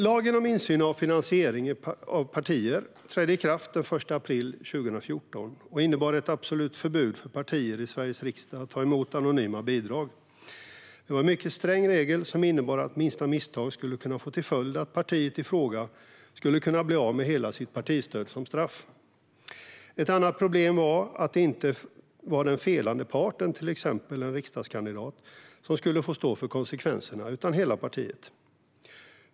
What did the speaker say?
Lagen om insyn i finansiering av partier trädde i kraft den 1 april 2014 och innebar ett absolut förbud för partier i Sveriges riksdag att ta emot anonyma bidrag. Det var en mycket sträng regel som innebar att minsta misstag skulle kunna få till följd att partiet i fråga skulle kunna bli av med hela sitt partistöd som straff. Ett annat problem var att det inte var den felande parten, till exempel en riksdagskandidat, som skulle få stå för konsekvenserna, utan det var hela partiet.